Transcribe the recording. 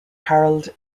harold